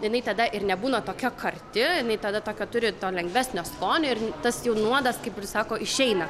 jinai tada ir nebūna tokia karti jinai tada tokio turi to lengvesnio skonio ir tas jau nuodas kaip ir sako išeina